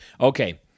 Okay